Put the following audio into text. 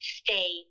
stay